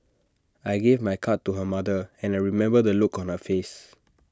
I gave my card to her mother and I remember the look on her face